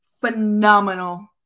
phenomenal